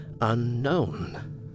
unknown